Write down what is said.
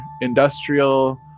industrial